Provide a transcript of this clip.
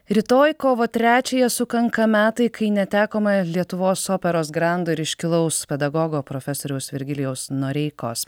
rytoj kovo trečiąją sukanka metai kai netekome lietuvos operos grando ir iškilaus pedagogo profesoriaus virgilijaus noreikos